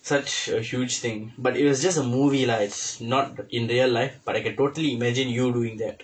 such a huge thing but it was just a movie lah it's not in real life but I could totally imagine you doing that